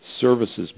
services